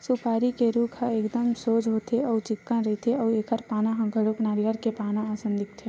सुपारी के रूख ह एकदम सोझ होथे अउ चिक्कन रहिथे अउ एखर पाना ह घलो नरियर के पाना असन दिखथे